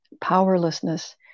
powerlessness